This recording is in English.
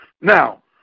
Now